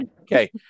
Okay